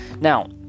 Now